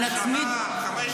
להערכתך, חודש?